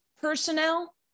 personnel